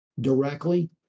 directly